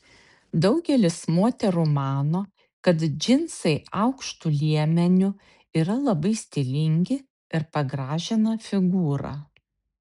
daugelis moterų mano kad džinsai aukštu liemeniu yra labai stilingi ir pagražina figūrą